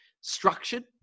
Structured